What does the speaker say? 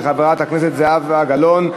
של חברת הכנסת זהבה גלאון.